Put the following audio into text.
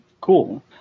Cool